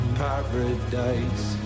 paradise